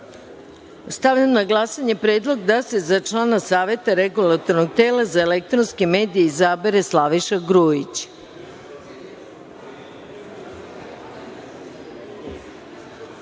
dvoje. Stavljam na glasanje predlog da se za člana Saveta Regulatornog tela za elektronske medije izabere Slaviša